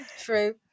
True